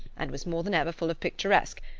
and was more than ever full of picturesque,